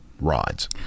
rods